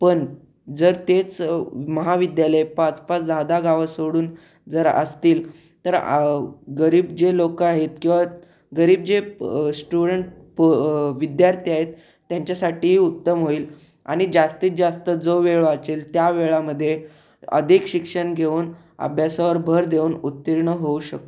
पण जर तेच महाविद्यालय पाचपाच दहादहा गावं सोडून जर असतील तर गरीब जे लोकं आहेत किंवा गरीब जे स्टुडंट प विद्यार्थी आहेत त्यांच्यासाठी उत्तम होईल आणि जास्तीत जास्त जो वेळ वाचेल त्या वेळामध्ये अधिक शिक्षण घेऊन अभ्यासावर भर देऊन उत्तीर्ण होऊ शकतो